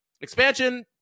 Expansion